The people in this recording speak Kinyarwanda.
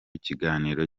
kiganiro